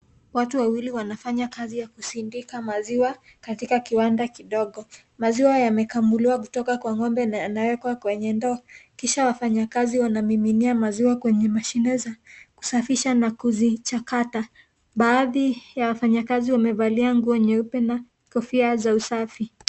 Watu wawili wanafanya kazi ya kusindika maziwa katika kiwanda kidogo. Maziwa yamekamuliwa kutoka kwa ng'ombe na yanawekwa kwenye ndoo kisha wafanyakazi wanamiminia maziwa kwenye mashine za kusafisha na kuzichakata. Baadhi ya wafanyakazi wamevalia nguo nyeupe na kofia za usafi.